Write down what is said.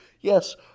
Yes